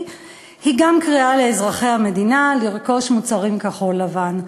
היא קריאה לאזרחי המדינה לרכוש מוצרים כחול-לבן.